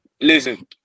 listen